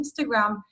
Instagram